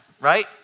right